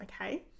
Okay